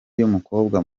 y’umukobwa